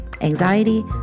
anxiety